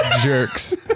Jerks